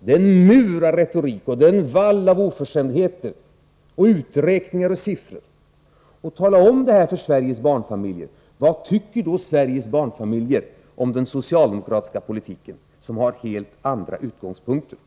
denna mur av retorik och denna vall av oförskämdheter och uträkningar och siffror och talar om detta för Sveriges barnfamiljer — vad tycker då Sveriges barnfamiljer om den socialdemokratiska politiken som har helt andra utgångspunkter?